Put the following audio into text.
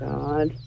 God